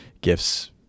gifts